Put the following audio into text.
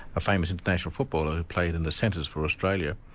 a famous international footballer who played in the centres for australia,